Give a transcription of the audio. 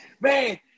man